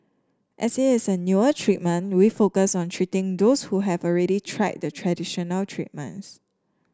as it is a newer treatment we focus on treating those who have already tried the traditional treatments